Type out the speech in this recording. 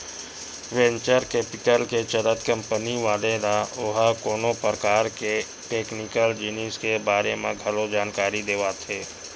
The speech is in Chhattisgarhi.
वेंचर कैपिटल के चलत कंपनी वाले ल ओहा कोनो परकार के टेक्निकल जिनिस के बारे म घलो जानकारी देवाथे